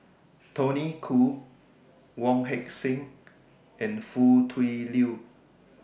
Tony Khoo Wong Heck Sing and Foo Tui Liew